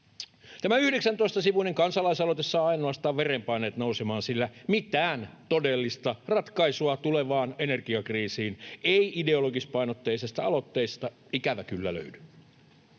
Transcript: Tämä 19-sivuinen kansalaisaloite saa ainoastaan verenpaineet nousemaan, sillä mitään todellista ratkaisua tulevaan energiakriisiin ei ideologispainotteisesta aloitteesta ikävä kyllä löydy.